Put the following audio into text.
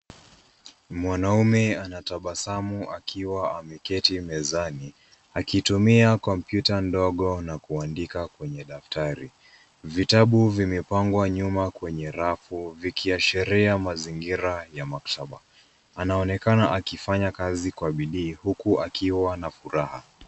Mwanaume anatabasamu akiwa ameketi mezani, akitumia kompyuta ndogo na kuandika kwenye daftari. Vitabu vimepangwa nyuma kwenye rafu vikiashiria mazingira ya maktaba. Anaonekana akifanya kazi kwa bidii huku akiwa na furaha.